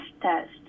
test